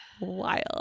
wild